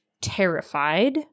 terrified